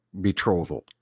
betrothal